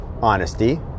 honesty